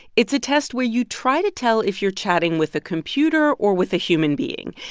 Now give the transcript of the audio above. it's a test where you try to tell if you're chatting with a computer or with a human being.